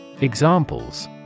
Examples